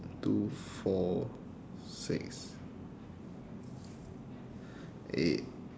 two four six eight